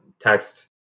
text